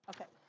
Okay